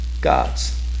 gods